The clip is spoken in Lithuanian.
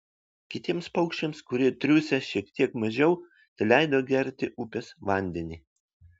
kitiems paukščiams kurie triūsę šiek tiek mažiau teleido gerti upės vandenį